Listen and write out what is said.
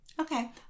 Okay